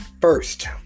first